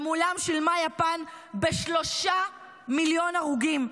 מולם שילמה יפן ב-3 מיליון הרוגים,